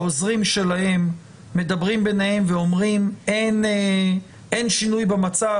העוזרים שלהם מדברים ביניהם ואומרים אין שינוי במצב.